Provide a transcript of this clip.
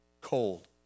cold